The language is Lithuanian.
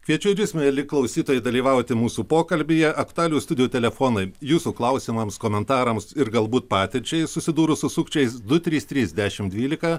kviečiu ir jus mieli klausytojai dalyvauti mūsų pokalbyje aktualijų studijų telefonai jūsų klausimams komentarams ir galbūt patirčiai susidūrus su sukčiais du trys trys dešim dvylika